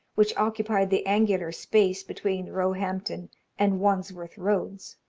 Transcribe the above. which occupied the angular space between roehampton and wandsworth roads.